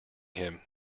him